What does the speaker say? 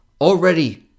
already